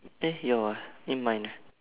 eh your ah eh mine ah